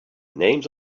names